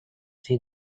see